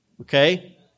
okay